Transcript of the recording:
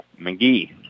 McGee